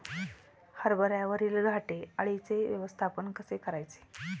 हरभऱ्यावरील घाटे अळीचे व्यवस्थापन कसे करायचे?